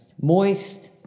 moist